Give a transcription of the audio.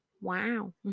Wow